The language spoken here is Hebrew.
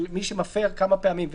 מי שמפר כמה פעמים.